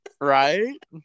Right